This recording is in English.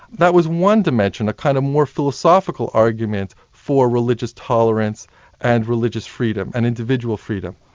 that was one dimension, a kind of more philosophical argument for religious tolerance and religious freedom and individual freedom.